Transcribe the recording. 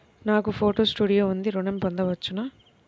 నాకు photo studio ఉంది ఋణం పొంద వచ్చునా?